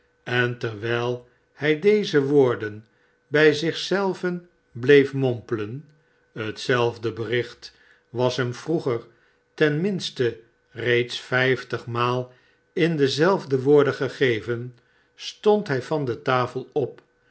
en terwijl hij deze woorden bij zich zelven bleef mompelen hetzelfde bericht was hem vroeger ten minste reeds vijftigmaal in dezelfde woorden gegeven stond hij van de tafel op